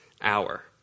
hour